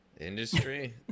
industry